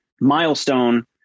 milestone